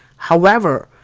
however,